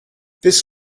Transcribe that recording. this